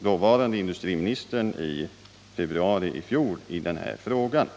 dåvarande industriministern i februari i fjol i den här frågan.